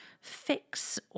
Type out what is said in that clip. fix